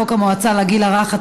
חוק המועצה לגיל הרך,